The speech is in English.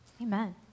Amen